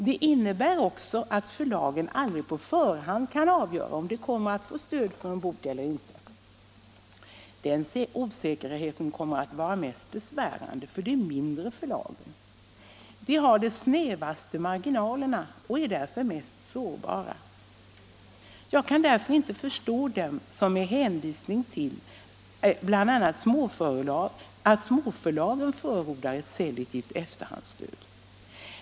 Det innebär också att förlagen aldrig på förhand kan avgöra om de kommer att få stöd för en bok eller inte. Den osäkerheten kommer att vara mest besvärande för de mindre förlagen. De har de snävaste marginalerna och är därför mest sårbara. Jag kan därför inte förstå dem som med hänvisning till bl.a. småförlagen förordar ett selektivt efterhandsstöd.